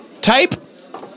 Type